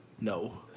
No